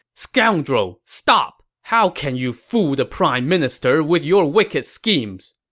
scoundrel, stop! how can you fool the prime minister with your wicked schemes!